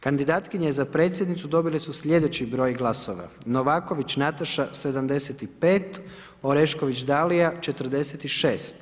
Kandidatkinje za predsjednicu, dobile su sljedeći broj glasova, Novaković Nataša 75, Orešković Dalija 46.